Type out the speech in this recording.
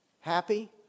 happy